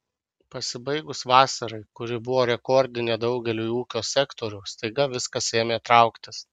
pasibaigus vasarai kuri buvo rekordinė daugeliui ūkio sektorių staiga viskas ėmė trauktis